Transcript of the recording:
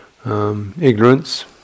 ignorance